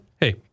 Hey